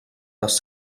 les